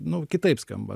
nu kitaip skamba